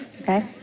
Okay